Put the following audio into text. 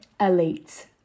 Elite